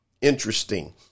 interesting